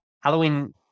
Halloween